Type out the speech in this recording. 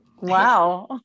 Wow